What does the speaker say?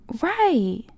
right